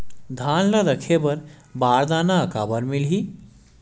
धान ल रखे बर बारदाना काबर मिलही?